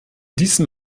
diesem